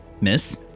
Miss